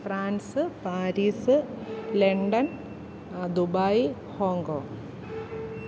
France Paris London Dubai Hong Kong